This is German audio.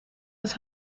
des